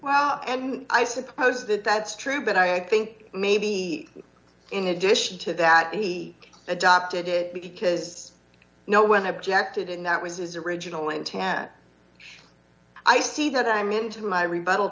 wow and i suppose that that's true but i think maybe in addition to that he adopted it because no one objected and that was his original one tat i see that i'm into my rebuttal